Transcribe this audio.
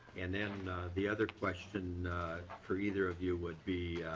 and then the other question for either of you would be